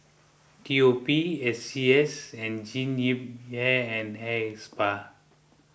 T O P S C S and Jean Yip Hair and Hair Spa